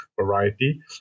variety